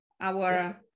our-